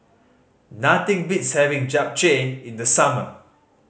nothing beats having Japchae in the summer